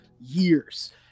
years